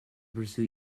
pursue